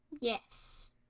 Yes